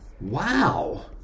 Wow